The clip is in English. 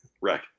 Right